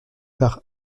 par